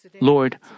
Lord